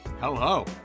Hello